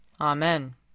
Amen